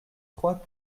trois